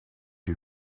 you